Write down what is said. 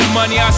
money